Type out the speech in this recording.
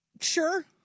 Sure